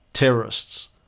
Terrorists